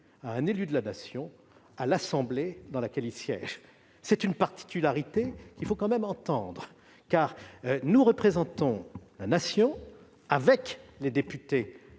à un élu de la Nation l'accès à l'assemblée dans laquelle il siège. C'est une particularité qu'il faut tout de même entendre : nous représentons la Nation, avec les députés